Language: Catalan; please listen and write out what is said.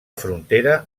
frontera